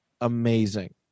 amazing